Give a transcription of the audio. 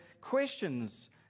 questions